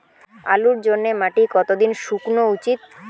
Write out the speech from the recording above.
আলুর জন্যে মাটি কতো দিন শুকনো উচিৎ?